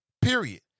Period